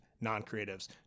non-creatives